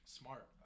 smart